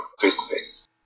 face-to-face